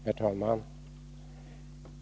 Herr talman!